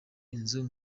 inzu